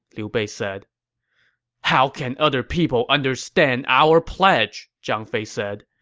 liu bei said how can other people understand our pledge! zhang fei said.